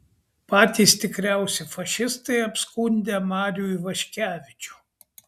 patys tikriausi fašistai apskundę marių ivaškevičių